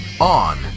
on